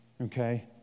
Okay